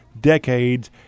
decades